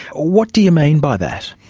what do you mean by that?